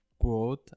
growth